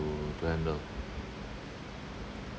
to handle